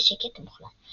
בשקט מוחלט.